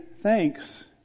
thanks